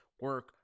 Work